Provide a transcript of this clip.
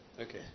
Okay